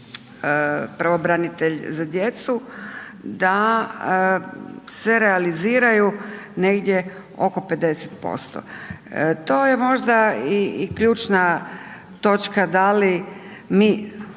pravobranitelj za djecu da se realiziraju negdje oko 50%. To je možda i ključna točka da li mi